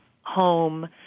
home